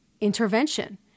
Intervention